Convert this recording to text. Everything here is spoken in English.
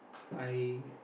I